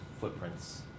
footprints